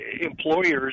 employers